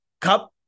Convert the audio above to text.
cup